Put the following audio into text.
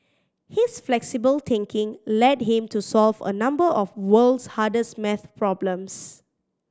his flexible thinking led him to solve a number of the world's hardest maths problems